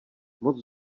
moc